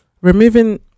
removing